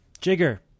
Jigger